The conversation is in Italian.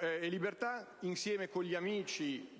e Libertà, insieme con gli amici